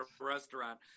restaurant